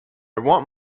want